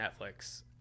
Netflix